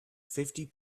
fifty